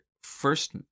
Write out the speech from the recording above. first